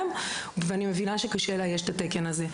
ואני מבינה שקשה לאייש את התקן הזה.